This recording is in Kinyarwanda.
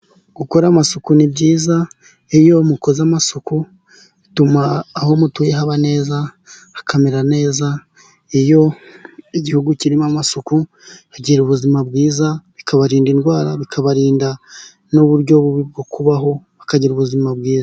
Gukora amasuku ni byiza, iyo mukoze amasuku bituma aho mutuye haba neza hakamera neza, iyo igihugu kirimo amasuku bagira ubuzima bwiza bikabarinda indwara bikabarinda n'uburyo bubi bwo kubaho bakagira ubuzima bwiza.